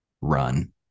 run